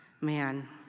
Man